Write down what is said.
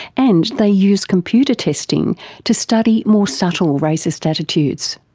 and they use computer testing to study more subtle racist attitudes.